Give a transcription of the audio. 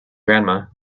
grandma